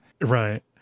Right